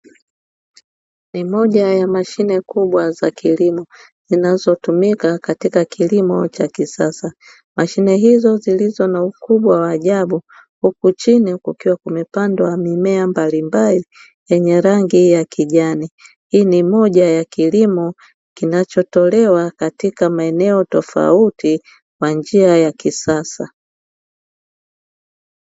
Ni moja ya mashine kubwa za kilimo zinazotumika katika kilimo cha kisasa, mashine izo zilizo na ukubwa wa ajabu huku chini kukiwa kumepandwa mimea mbalimbali yenye rangi ya kijani. Hii ni moja ya kilimo kinachotolewa katika maeneo tofauti kwa njia ya kisasa.